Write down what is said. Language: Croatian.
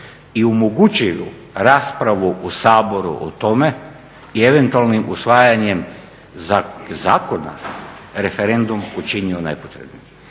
i omogući raspravu u Saboru o tome i eventualnim usvajanjem zakona referendum učinio nepotrebnim.